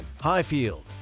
Highfield